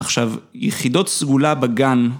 עכשיו יחידות סגולה בגן